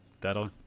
that'll